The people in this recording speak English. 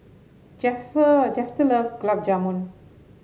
Shafter loves Gulab Jamun